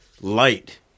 light